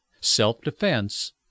self-defense